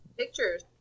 Pictures